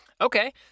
Okay